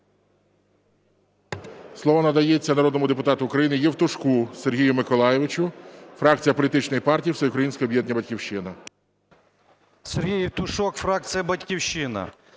Слово надається народному депутату України Євтушку Сергію Миколайовичу, фракція політичної партії Всеукраїнське об'єднання "Батьківщина". 11:06:15 ЄВТУШОК С.М. Сергій Євтушок, фракція "Батьківщина".